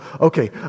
okay